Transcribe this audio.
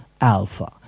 Alpha